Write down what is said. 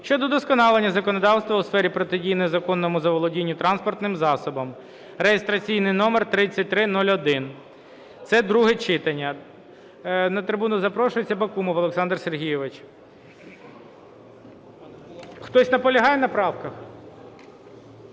щодо удосконалення законодавства у сфері протидії незаконному заволодінню транспортним засобом (реєстраційний номер 3301). Це друге читання. На трибуну запрошується Бакумов Олександр Сергійович. Хтось наполягає на правках?